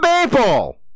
people